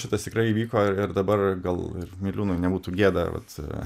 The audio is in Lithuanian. šitas tikrai įvyko ir dabar gal miliūnui nebūtų gėda vat